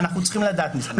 אנחנו צריכים לדעת על זה.